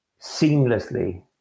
seamlessly